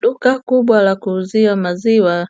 Duka kubwa la kuuzia maziwa